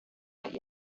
what